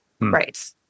Right